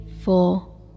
four